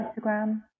Instagram